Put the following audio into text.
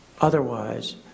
otherwise